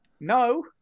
No